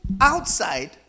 outside